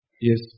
Yes